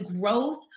growth